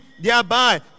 thereby